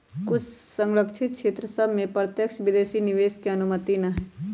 कुछ सँरक्षित क्षेत्र सभ में प्रत्यक्ष विदेशी निवेश के अनुमति न हइ